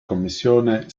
commissione